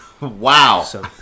Wow